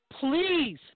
Please